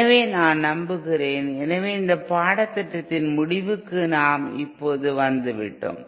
எனவே நான் நம்புகிறேன் எனவே இந்த பாடத்திட்டத்தின் முடிவுக்கு இப்போது வந்துவிட்டோம்